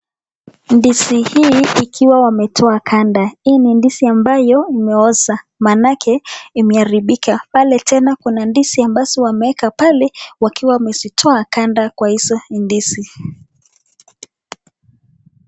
Ndizi hii ikiwa wametoa kanda. Hii ni ndizi ambayo imeoza manake imearibika. Pale tena kuna ndizi ambazo wameweka pale wakiwa wamezitoa kanda kwa hizo ndizi.